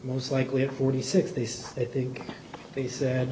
most likely forty six days i think they said